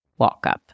Walkup